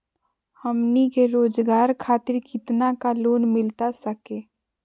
हमनी के रोगजागर खातिर कितना का लोन मिलता सके?